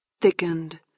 thickened